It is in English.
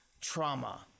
trauma